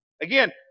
Again